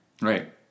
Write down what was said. Right